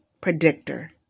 predictor